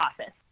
office